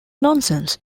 nonsense